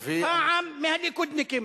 פעם מהליכודניקים.